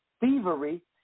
Thievery